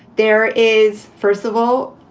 there is first of all,